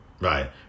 Right